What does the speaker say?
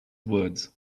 words